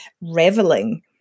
reveling